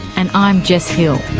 and i'm jess hill